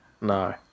No